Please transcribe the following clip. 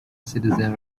citizen